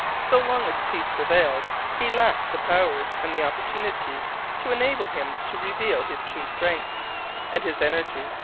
so long as peace prevailed he lacked the powers and the opportunity to enable him to reveal his true strength and his energy,